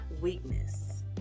weakness